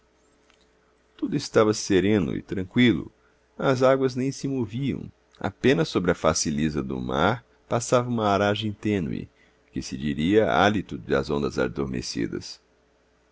tudo estava sereno e tranqüilo as águas nem se moviam apenas sobre a face lisa do mar passava uma aragem tênue que se diria hálito das ondas adormecidas